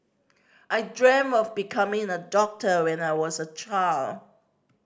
I dreamt of becoming a doctor when I was a child